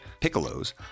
Piccolo's